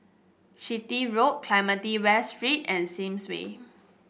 Chitty Road Clementi West Street and Sims Way